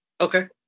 Okay